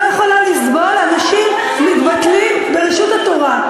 יכולה לסבול אנשים מתבטלים ברשות התורה.